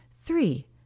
Three